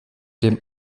dem